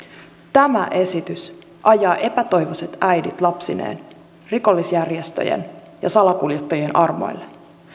tämä esitys ajaa epätoivoiset äidit lapsineen rikollisjärjestöjen ja salakuljettajien armoille